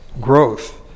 growth